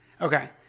Okay